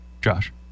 Josh